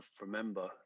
remember